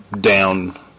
down